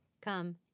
come